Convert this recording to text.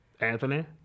Anthony